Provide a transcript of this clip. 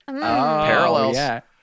parallels